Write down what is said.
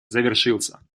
завершился